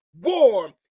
warm